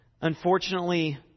unfortunately